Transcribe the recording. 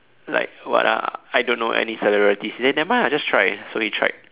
like what ah I don't know any celebrities he say then nevermind ah just try so he tried